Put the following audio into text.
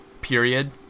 period